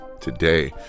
today